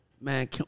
man